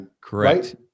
Correct